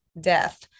death